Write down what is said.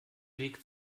weg